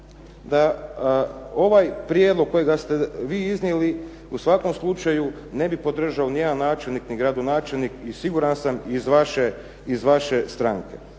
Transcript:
da ovaj prijedloga kojega ste vi iznijeli u svakom slučaju ne bi podržao nijedan načelnik ni gradonačelnik i siguran sam iz vaše stranke,